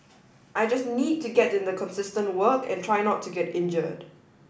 I just need to get in the consistent work and try not to get injured